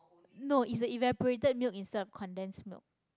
no it's a evaporated milk instead of condense milk